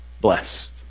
blessed